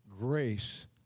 Grace